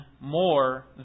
more